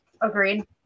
Agreed